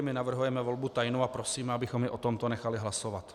My navrhujeme volbu tajnou a prosíme, abychom i o tomto nechali hlasovat.